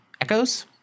Echoes